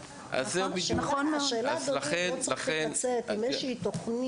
אבל השאלה היא אם לא צריך לצאת עם איזו שהיא תוכנית,